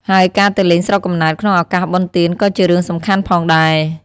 ហើយការទៅលេងស្រុកកំណើតក្នុងឱកាសបុណ្យទានក៏ជារឿងសំខាន់ផងដែរ។